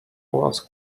was